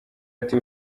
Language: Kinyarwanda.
ati